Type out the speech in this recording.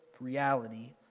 reality